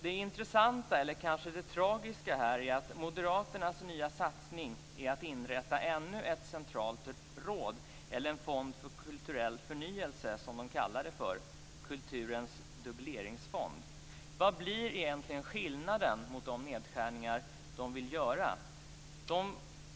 Det intressanta, eller kanske det tragiska, är att moderaternas nya satsning är att inrätta ännu ett centralt råd eller en fond för kulturell förnyelse, som de kallar det - Kulturens dubbleringsfond. Vad blir egentligen skillnaden om man jämför med de nedskärningar moderaterna vill göra?